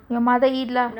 your mother eat lah